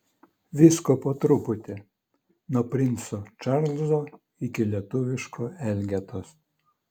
visko po truputį nuo princo čarlzo iki lietuviško elgetos